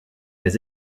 mais